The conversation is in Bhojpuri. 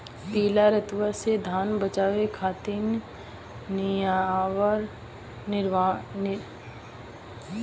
पीला रतुआ से धान बचावे खातिर निवारक उपाय का ह?